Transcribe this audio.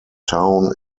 town